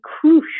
crucial